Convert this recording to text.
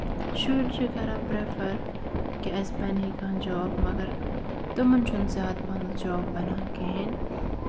شُرۍ چھِ کران پرٛیٚفر کہِ اَسہِ بَنہِ ہے کانٛہہ جاب مَگر تِمَن چھُنہٕ زیادٕ پَہم جاب بَنان کِہیٖنٛۍ